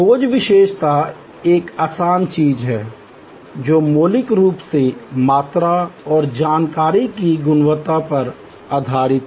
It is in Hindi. खोज विशेषता एक आसान चीज़ है जो मौलिक रूप से मात्रा और जानकारी की गुणवत्ता पर आधारित है